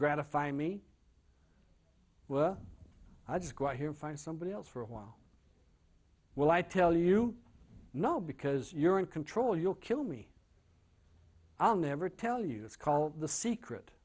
gratify me well i just got here find somebody else for a while will i tell you no because you're in control you'll kill me i'll never tell you it's called the secret